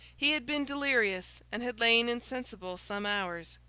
he had been delirious, and had lain insensible some hours,